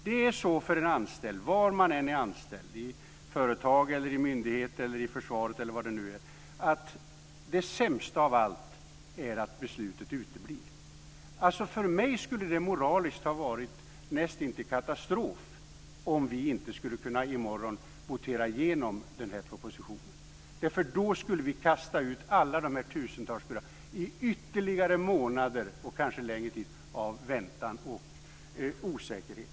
Det är så för en anställd, var man än är anställd - i företag, i myndigheter, i Försvaret eller var det nu är - att det sämsta av allt är att beslutet uteblir. För mig skulle det moraliskt ha varit näst intill katastrof om vi i morgon inte skulle kunna votera igenom den här propositionen. Då skulle vi nämligen kasta ut alla de tusentals berörda i ytterligare månader och kanske ännu längre tid av väntan och osäkerhet.